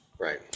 right